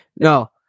no